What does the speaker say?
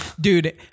dude